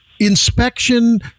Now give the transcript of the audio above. inspection